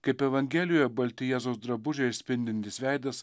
kaip evangelijoje balti jėzaus drabužiai ir spindintis veidas